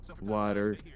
water